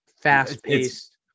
Fast-paced